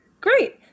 Great